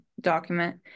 document